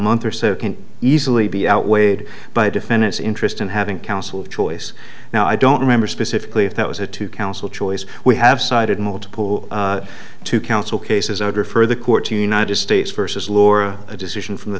month or so can easily be outweighed by defendant's interest in having counsel of choice now i don't remember specifically if that was a two counsel choice we have cited multiple to counsel cases i would refer the court to united states versus laura a decision from the